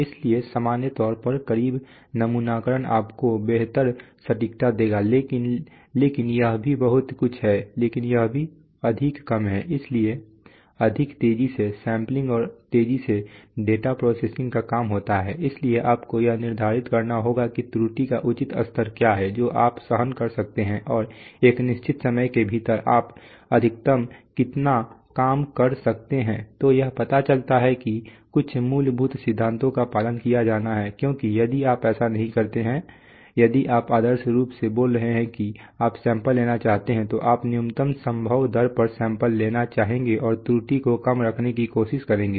इसलिए सामान्य तौर पर करीब नमूनाकरण आपको बेहतर सटीकता देगा लेकिन लेकिन यह भी बहुत कुछ है लेकिन यह भी अधिक काम है इसलिए अधिक तेजी से सैंपलिंग और तेजी से डेटा प्रोसेसिंग का काम होता है इसलिए आपको यह निर्धारित करना होगा कि त्रुटि का उचित स्तर क्या है जो आप सहन कर सकते हैं और एक निश्चित समय के भीतर आप अधिकतम कितना काम कर सकते हैं तो यह पता चला है कि कुछ मूलभूत सिद्धांतों का पालन किया जाना है क्योंकि यदि आप ऐसा नहीं करते हैं यदि आप आदर्श रूप से बोल रहे हैं कि आप सैंपल लेना चाहते हैं तो आप न्यूनतम संभव दर पर सैंपल लेना चाहेंगे और त्रुटि को कम रखने की कोशिश करेंगे